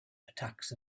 attacks